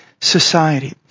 society